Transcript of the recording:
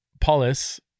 polis